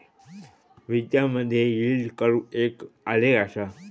वित्तामधे yield curve एक आलेख असा